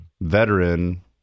Veteran